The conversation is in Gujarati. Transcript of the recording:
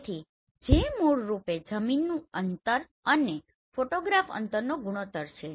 તેથી તે મૂળરૂપે જમીનનું અંતર અને ફોટોગ્રાફ અંતરનો ગુણોતર છે